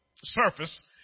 surface